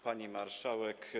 Pani Marszałek!